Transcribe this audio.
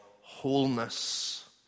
wholeness